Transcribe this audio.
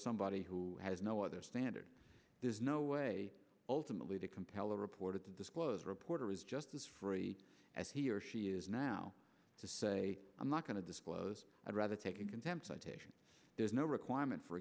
somebody who has no other standard there's no way ultimately to compel a reporter to disclose reporter is just as free as he or she is now to say i'm not going to disclose i'd rather take a contempt citation there's no requirement for